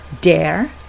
dare